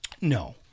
No